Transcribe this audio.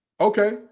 Okay